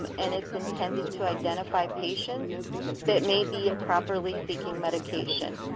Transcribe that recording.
um and it's intended to identify patients that may be improperly seeking medication.